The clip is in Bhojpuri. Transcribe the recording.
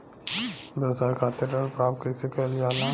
व्यवसाय खातिर ऋण प्राप्त कइसे कइल जाला?